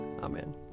Amen